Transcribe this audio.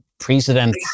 Precedent